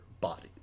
bodies